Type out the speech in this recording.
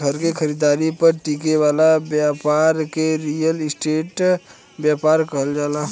घर के खरीदारी पर टिके वाला ब्यपार के रियल स्टेट ब्यपार कहल जाला